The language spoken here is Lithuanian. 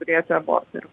turėti abortą ir